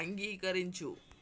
అంగీకరించు